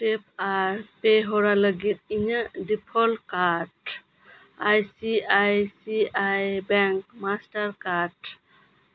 tap ᱟᱨ pay ᱦᱚᱲ ᱞᱟᱹᱜᱤᱜ ᱤᱧᱟᱹᱜ default card I C I C I bank Mastercard